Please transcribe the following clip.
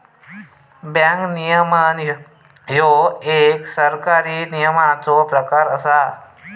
bank नियमन ह्यो एक सरकारी नियमनाचो प्रकार असा